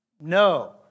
No